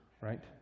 right